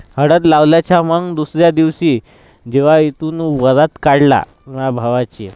हळद लावल्याच्या मग दुसऱ्या दिवशी जेव्हा इथून वरात काढला माया भावाची